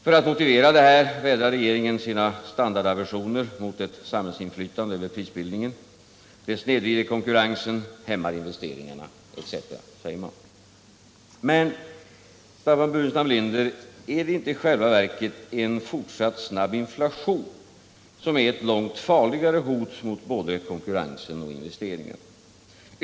För att motivera detta vädrar regeringen sina standardaversioner mot ett samhällsinflytande över prisbildningen. Det snedvrider konkurrensen, hämmar investeringarna etc., säger man. Men, Staffan Burenstam Linder, är inte en fortsatt snabb inflation i själva verket ett långt farligare hot mot både konkurrensen och investeringarna?